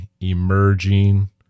emerging